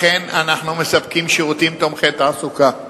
אכן, אנחנו מספקים שירותים תומכי תעסוקה,